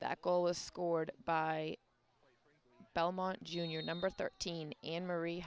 that goal is scored by belmont junior number thirteen and marie